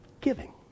Giving